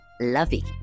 lovey